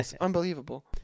Unbelievable